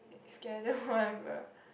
scare them whatever